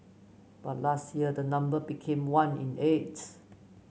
but last year the number became one in eight